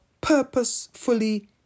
purposefully